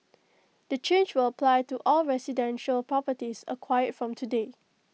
the change will apply to all residential properties acquired from today